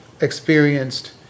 experienced